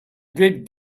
did